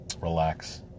Relax